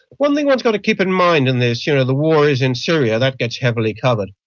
one thing one's got to keep in mind in this, you know the war is in syria, that gets heavily covered.